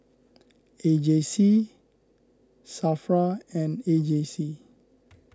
A J C Safra and A J C